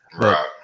Right